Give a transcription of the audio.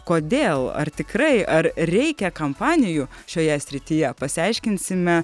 kodėl ar tikrai ar reikia kampanijų šioje srityje pasiaiškinsime